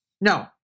No